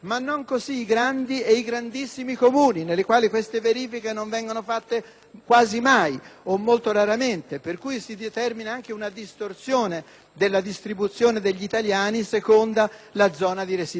mai o molto raramente. In tal modo, si determina anche una distorsione della distribuzione degli italiani secondo la zona di residenza.